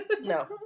no